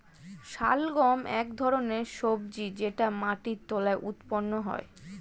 শালগম এক ধরনের সবজি যেটা মাটির তলায় উৎপন্ন হয়